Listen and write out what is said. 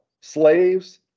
Slaves